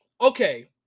Okay